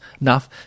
enough